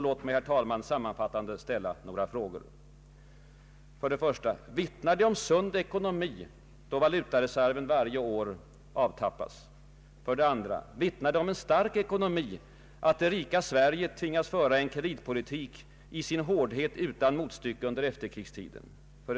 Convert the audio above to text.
Låt mig, herr talman, sammanfattande ställa några frågor: 1) Vittnar det om sund ekonomi då valutaresreven varje år avtappas? 2) Vittnar det om en stark ekonomi att det rika Sverige tvingas föra en kreditpolitik, i sin hårdhet utan motstycke under efterkrigstiden?